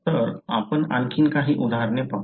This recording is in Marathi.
तर आपण आणखी काही उदाहरणे पाहू